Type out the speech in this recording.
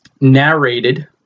narrated